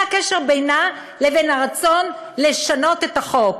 מה הקשר בינה לבין הרצון לשנות את החוק?